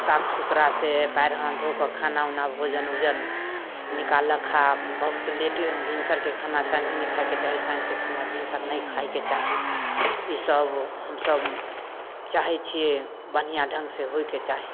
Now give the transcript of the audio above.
साफ सुथरासँ पाएर हाथ धोइकऽ खाना उना भोजन उजन निकाललक खा बहुत लेटे भिनसरके खाना साँझमे नहि खाइके चाही साँझके खाना भिनसर नहि खाइके चाही ईसब हमसभ चाहै छिए बढ़िआँ ढङ्गसँ होइके चाही